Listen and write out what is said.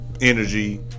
energy